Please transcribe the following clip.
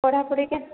ପଢ଼ାପଢ଼ି